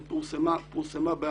היא גם פורסמה בעבר,